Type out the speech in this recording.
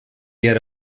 yer